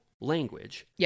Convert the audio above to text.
language